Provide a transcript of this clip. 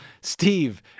Steve